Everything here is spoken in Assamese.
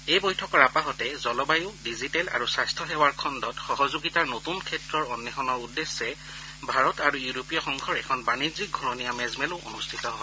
এই বৈঠকৰ আপাহতে জলবায়ু ডিজিটেল আৰু স্বাস্থ্য সেৱাৰ খণ্ডত সহযোগিতাৰ নতুন ক্ষেত্ৰৰ অঘ্বেষণৰ উদ্দেশ্যে ভাৰত আৰু ইউৰোপীয় সংঘৰ এখন বাণিজ্যিক ঘূৰণীয়া মেজ মেলো অনুষ্ঠিত হয়